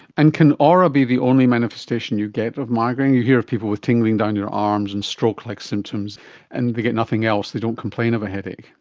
and can aura be the only manifestation you get of migraine? you hear of people with tingling down their arms and stroke-like symptoms and they get nothing else, they don't complain of a headache.